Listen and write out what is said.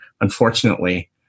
Unfortunately